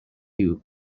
you